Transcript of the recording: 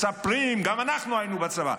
מספרים: גם אנחנו היינו בצבא.